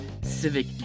Civic